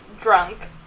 drunk